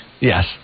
Yes